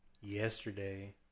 yesterday